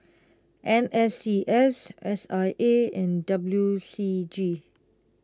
N S C S S I A and W C G